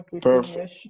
Perfect